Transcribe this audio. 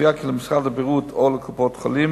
הקביעה כי למשרד הבריאות או לקופות-חולים